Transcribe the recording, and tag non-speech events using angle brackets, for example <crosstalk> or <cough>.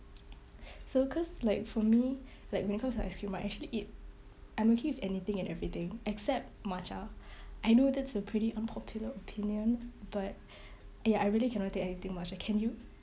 <breath> so cause like for me like when it comes to ice cream right I actually eat I'm okay with anything and everything except matcha I know that's a pretty unpopular opinion but <breath> ya I really cannot take anything matcha can you